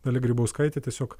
dalia grybauskaitė tiesiog